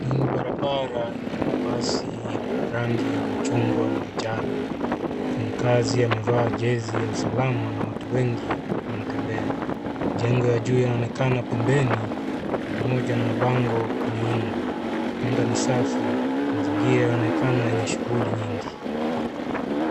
Ni barabara yenye mabasi ya rangi ya machungwa na manjano. Mfanyakazi amevaa jezi ya usalama na watu wengi wanatembea .Majengo ya juu yanaonekana pembeni pamoja na mabango kwenye nyumba .Anga ni safi .Mazingira yanaonekana yenye shughuli nyingi.